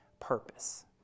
purpose